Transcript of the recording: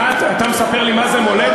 מולדת, אתה מספר לי מה זה מולדת?